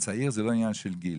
צעיר זה לא עניין של גיל,